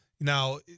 Now